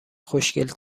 خوشگل